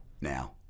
now